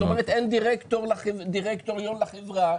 זאת אומרת שאין דירקטוריון לחברה,